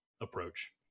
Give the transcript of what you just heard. approach